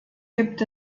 gibt